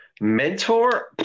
Mentor